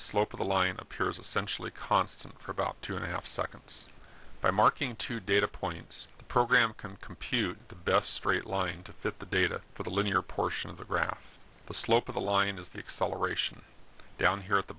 slope of the line appears essentially constant for about two and a half seconds by marking two data points the program can compute the best straight line to fit the data for the linear portion of the graph the slope of the line is the acceleration down here at the